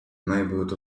neighborhood